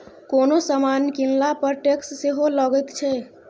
कोनो समान कीनला पर टैक्स सेहो लगैत छै